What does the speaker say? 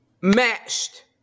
matched